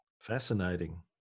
Fascinating